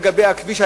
לגבי הכביש,